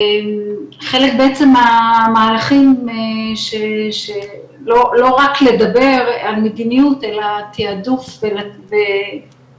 וחלק בעצם מהמהלכים של לא רק לדבר על מדיניות אלא גם על תעדוף ותקצוב,